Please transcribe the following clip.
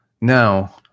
now